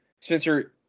Spencer